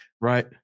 right